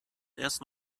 erst